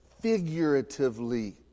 figuratively